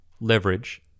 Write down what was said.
leverage